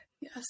Yes